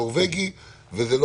החוק הנורבגי הראשון.